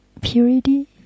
purity